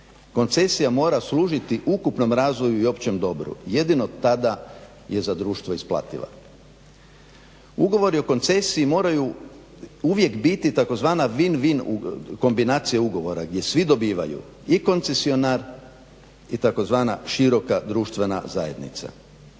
Koncesija mora služiti ukupnom razvoju i općem dobru, jedino tada je za društvo isplativa. Ugovori o koncesiji moraju uvijek biti tzv. win-win kombinacija ugovora gdje svi dobivaju i koncesionar i tzv. široka društvena zajednica.